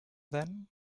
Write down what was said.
then